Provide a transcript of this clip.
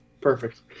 perfect